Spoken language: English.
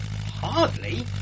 Hardly